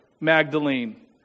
Magdalene